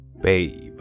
babe